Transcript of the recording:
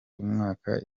umwaka